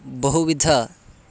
बहुविधाः